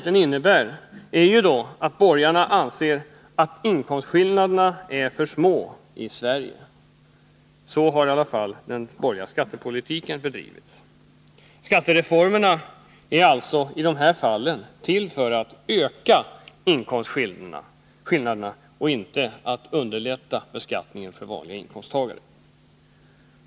Innebörden är att borgarna anser att inkomstskillnaderna är för små i Sverige — så har i varje fall den borgerliga skattepolitiken bedrivits. Skattereformerna är alltså i dessa fall till för att öka inkomstskillnaderna och inte för att underlätta beskattningen för vanliga inkomsttagare.